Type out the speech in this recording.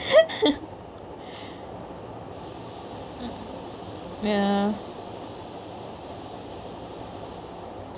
ya